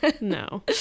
No